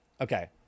Okay